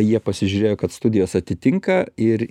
jie pasižiūrėjo kad studijos atitinka ir